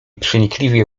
przenikliwie